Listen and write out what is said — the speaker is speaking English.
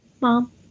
Mom